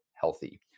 healthy